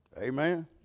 Amen